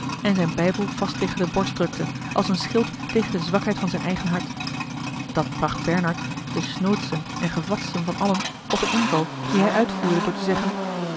en zijn bijbel vast tegen de borst drukte als een schild tegen de zwakheid van zijn eigen hart dat bracht bernard den snoodsten en gevatsten van allen op een inval dien hij uitvoerde door te zeggen